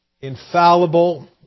infallible